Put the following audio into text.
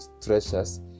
treasures